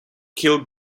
kill